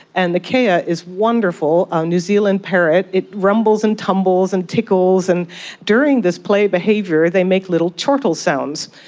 and the kea ah is a wonderful ah new zealand parrot, it rumbles and tumbles and tickles, and during this play behaviour they make little chortle sounds.